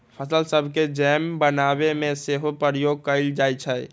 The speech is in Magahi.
फल सभके जैम बनाबे में सेहो प्रयोग कएल जाइ छइ